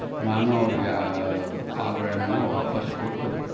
ನಾನು ಅವ್ರಿಗೆ ಆಭರಣನ ವಾಪಾಸ್ಸು ಕೊಟ್ಟು